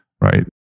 right